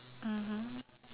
mmhmm